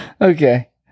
Okay